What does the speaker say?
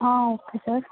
okay sir